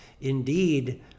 indeed